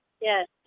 Yes